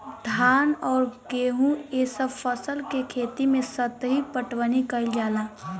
धान अउर गेंहू ए सभ फसल के खेती मे सतही पटवनी कइल जाला